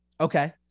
Okay